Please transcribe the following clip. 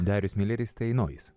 darius mileris nojus